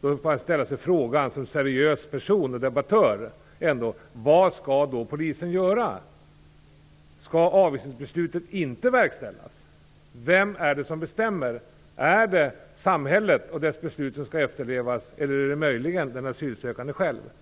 Som seriös person och debattör kan man ställa sig frågorna: Vad skall Polisen göra i sådana fall? Skall avvisningsbeslutet inte verkställas? Vem är det som bestämmer? Är det samhället och dess beslut som skall efterlevas eller är det möjligen den asylsökande egen vilja?